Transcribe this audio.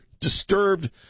disturbed